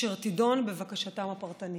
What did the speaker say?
והיא תדון בבקשתם הפרטנית.